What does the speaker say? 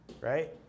right